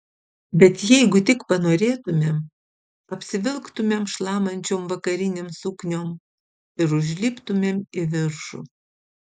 bet jeigu tik panorėtumėm apsivilktumėm šlamančiom vakarinėm sukniom ir užliptumėm į viršų